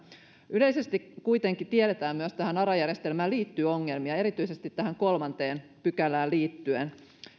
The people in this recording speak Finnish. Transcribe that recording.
yleisesti kuitenkin tiedetään että myös tähän ara järjestelmään liittyy ongelmia erityisesti tähän kolmanteen pykälään liittyen